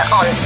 on